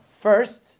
first